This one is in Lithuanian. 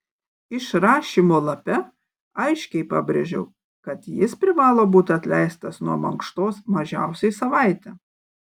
išrašymo lape aiškiai pabrėžiau kad jis privalo būti atleistas nuo mankštos mažiausiai savaitę